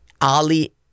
Ali